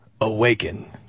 Awaken